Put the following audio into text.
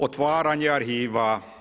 Otvaranje arhiva.